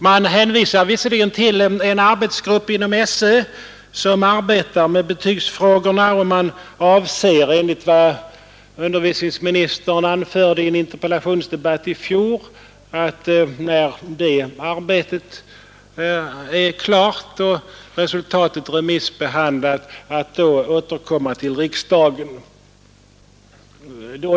Man hänvisar visserligen till en arbetsgrupp inom skolöverstyrelsen som arbetar med betygsfrågorna, och man avser, enligt vad utbildningsministern anförde i en interpellationsdebatt i fjol, att återkomma till riksdagen när det arbetet är klart och resultatet remissbehandlat.